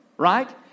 Right